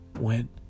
went